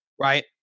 right